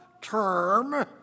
term